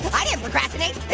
i didn't procrastinate.